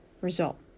result